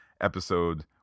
episode